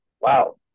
wow